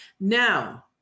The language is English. now